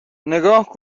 نگاه